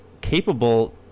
Capable